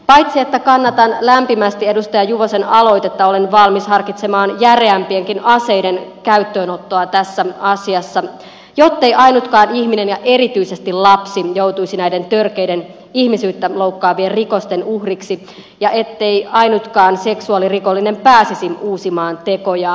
paitsi että kannatan lämpimästi edustaja juvosen aloitetta olen valmis harkitsemaan järeämpienkin aseiden käyttöönottoa tässä asiassa jottei ainutkaan ihminen ja erityisesti lapsi joutuisi näiden törkeiden ihmisyyttä loukkaavien rikosten uhriksi ja ettei ainutkaan seksuaalirikollinen pääsisi uusimaan tekojaan